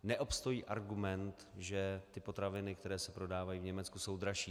Neobstojí argument, že potraviny, které se prodávají v Německu, jsou dražší.